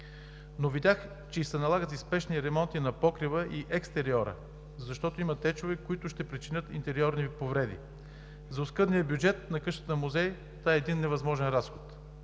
но видях, че се налагат и спешни ремонти на покрива и екстериора, защото има течове, които ще причинят интериорни повреди. За оскъдния бюджет на къщата музей това е един невъзможен разход.